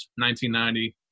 1990